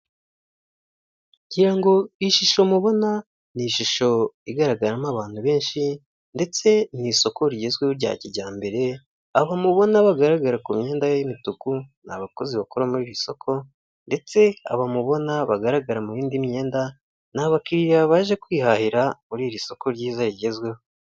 Ngira ngo ishusho mubona ni ishusho igaragaramo abantu benshi ndetse ni isoko rigezweho rya kijyambere aba mubona bagaragara ku myenda ye y'imituku ni abakozi bakora muri iri soko ndetse abamubona bagaragara mu yindi myenda n abakiriya baje kwihahira muri iri soko ryiza rigezweho.